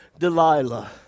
Delilah